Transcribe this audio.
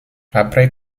après